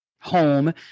home